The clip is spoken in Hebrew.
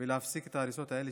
ולהפסיק את ההריסות האלה,